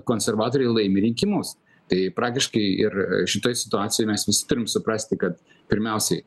konservatoriai laimi rinkimus tai praktiškai ir šitoj situacijoj mes visi turim suprasti kad pirmiausiai